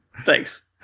Thanks